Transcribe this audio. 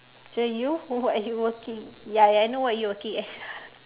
so you what are you working ya ya I know what you working as